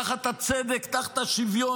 תחת הצדק, תחת השוויון.